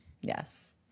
Yes